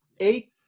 eight